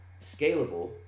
scalable